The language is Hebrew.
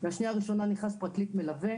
בשנייה הראשונה נכנס פרקליט מלווה.